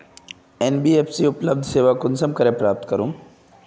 NBFC उपलब्ध सेवा कुंसम करे प्राप्त करूम?